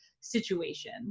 situation